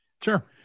Sure